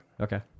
Okay